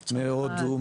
מהודו,